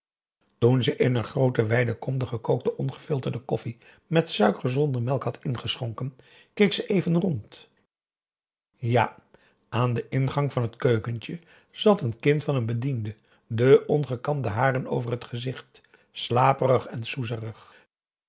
toen ze in een groote wijde kom de gekookte ongefiltreerde koffie met suiker zonder melk had ingeschonken keek ze even rond ja aan den ingang van het keukentje zat een kind van een bediende de ongekamde haren over het gezicht slaperig en soezerig